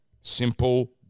simple